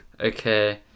okay